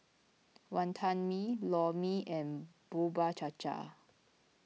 Wantan Mee Lor Mee and Bubur Cha Cha